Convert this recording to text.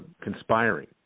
conspiring